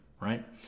right